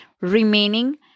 remaining